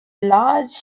large